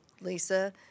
Lisa